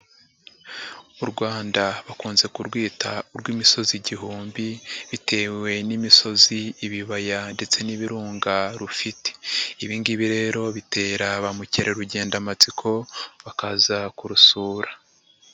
U Rwanda bakunze kurwita urw'imisozi igihumbi, bitewe n'imisozi, ibibaya ndetse n'ibirunga rufite. Ibi ngibi rero bitera ba mukerarugendo amatsiko, bakaza kurusura.